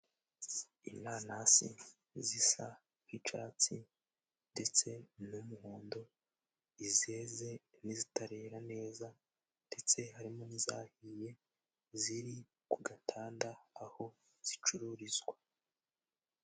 Inanasi zisa nk'icatsi ndetse n'umuhondo izeze n'izitarera neza ndetse harimo n'izahiye ziri ku gatanda aho zicururizwa.